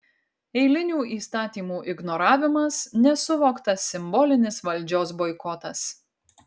eilinių įstatymų ignoravimas nesuvoktas simbolinis valdžios boikotas